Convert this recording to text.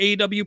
AW